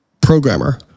programmer